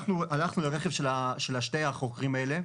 הלכנו לרכב של שני החוקרים האלה,